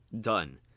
done